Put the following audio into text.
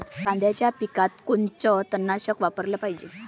कांद्याच्या पिकात कोनचं तननाशक वापराले पायजे?